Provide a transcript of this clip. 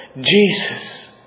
Jesus